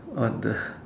on the